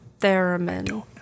Theremin